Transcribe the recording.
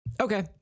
Okay